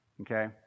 okay